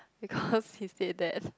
because he said that